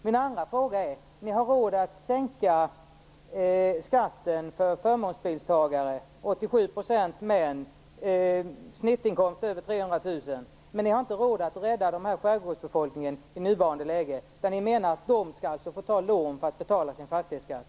Min andra fråga är: Ni har råd att sänka skatten för dem som har förmånsbil - 87 % män, snittinkomst över 300 000 kr - men ni har inte råd att i nuvarande läge rädda de skärgårdsboende. Menar ni alltså att de skall behöva ta lån för att betala sin fastighetsskatt?